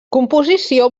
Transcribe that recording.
composició